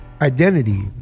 Identity